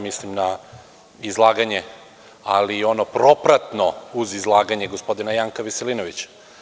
Mislim na izlaganje, ali ono propratno uz izlaganje gospodina Janka Veselinovića.